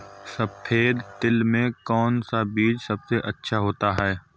सफेद तिल में कौन सा बीज सबसे अच्छा होता है?